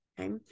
okay